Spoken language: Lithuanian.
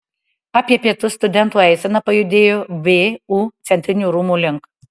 apie pietus studentų eisena pajudėjo vu centrinių rūmų link